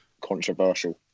controversial